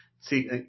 see